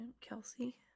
Kelsey